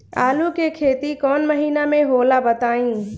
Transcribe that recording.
आलू के खेती कौन महीना में होला बताई?